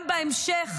גם בהמשך,